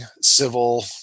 civil